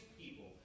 people